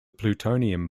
plutonium